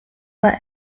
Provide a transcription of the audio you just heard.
war